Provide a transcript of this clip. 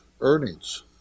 earnings